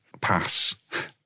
pass